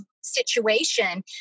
situation